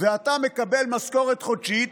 ואתה מקבל משכורת חודשית,